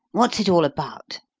what's it all about?